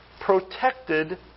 protected